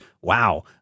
Wow